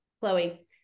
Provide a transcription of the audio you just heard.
Chloe